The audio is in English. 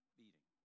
beating